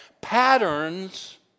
patterns